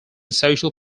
social